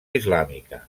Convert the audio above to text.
islàmica